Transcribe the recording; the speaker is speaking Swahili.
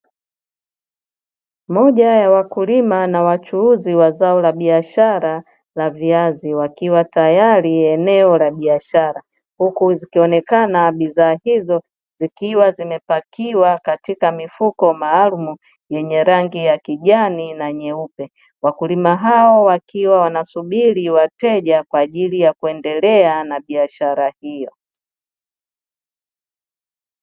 Moja ya wakulima na wachuuzi wa zao la biashara la viazi, wakiwa tayari eneo la biashara, huku zikionekana bidhaa hizo zikiwa zimepakiwa katika mifuko maalumu yenye rangi ya kijani na nyeupe. Wakulima hao wakiwa wanasubiri wateja kwa ajili ya kuendelea na biashara hiyo.